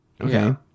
Okay